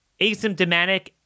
asymptomatic